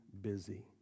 busy